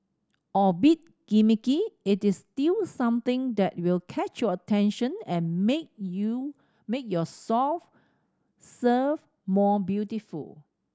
albeit gimmicky it is still something that will catch your attention and make you make your soft serve more beautiful